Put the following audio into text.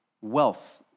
wealth